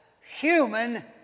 human